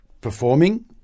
Performing